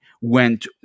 went